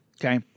Okay